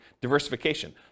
diversification